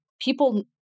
people